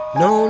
no